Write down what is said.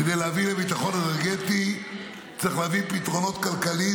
כדי להביא לביטחון אנרגטי צריך להביא פתרונות כלכליים,